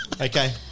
okay